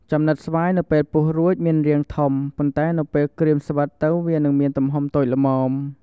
ចំំណិតស្វាយនៅពេលពុះរួចមានរាងធំ ប៉ុន្ដែនៅពេលក្រៀមស្វិតទៅវានឹងមានទំហំតូចល្មម។